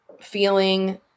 feeling